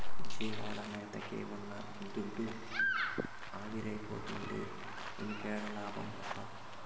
జీవాల మేతకే ఉన్న దుడ్డు ఆవిరైపోతుంటే ఇంకేడ లాభమప్పా